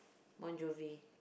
Bon-Jovi